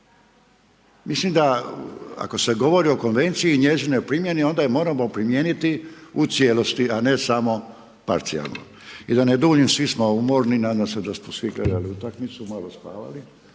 Mislim da, ako se govori o konvenciji i njezinoj primjeni, onda je moramo primijeniti u cijelosti, a ne samo parcijalno. I da ne duljim, svi smo umorni, nadam se da ste svi gledali utakmicu, malo spavali,